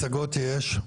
מצגות יש,